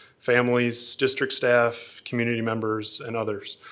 families, district staff, community members and others.